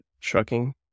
trucking